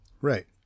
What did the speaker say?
Right